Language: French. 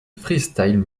freestyle